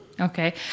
Okay